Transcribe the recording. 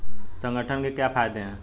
संगठन के क्या फायदें हैं?